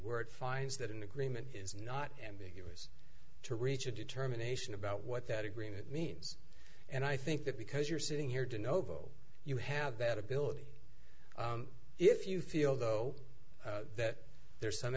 word finds that an agreement is not ambiguous to reach a determination about what that agreement means and i think that because you're sitting here to know you have that ability if you feel though that there's some